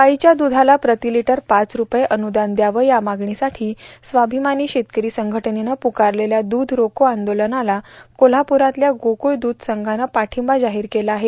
गाईच्या दुधाला प्रतिलिटर पाच रूपये अनुदान द्यावं या मागणीसाठी स्वाभिमान शेतकरी संघटनेनं प्रकारलेल्या द्रध रोको आंदोलनाला कोल्हाप्ररातल्या गोकुळ दूध संघानं पार्टिंबा जाहीर केला आहे